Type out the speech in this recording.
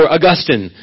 Augustine